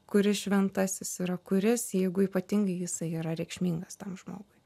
kuris šventasis yra kuris jeigu ypatingai jisai yra reikšmingas tam žmogui